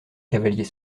cavalier